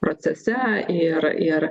procese ir ir